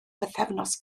bythefnos